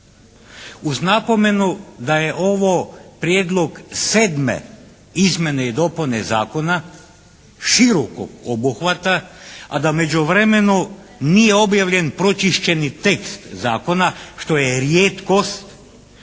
Uz napomenu da je ovo prijedlog sedme izmjene i dopune zakona širokog obuhvata, a da u međuvremenu nije objavljen pročišćeni tekst zakona što je rijetkost